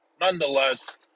nonetheless